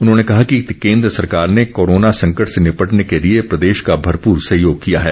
उन्होंने कहा कि केन्द्र सरकार ने कोरोना संकट से निपटने के लिए प्रदेश का भरपूर सहयोग किया है